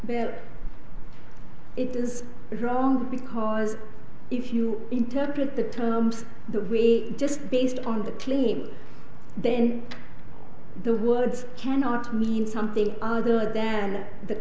there it is wrong because if you interpret the terms that we just based on the claim then the words cannot mean something other than the